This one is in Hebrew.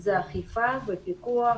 זה אכיפה ופיקוח